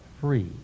free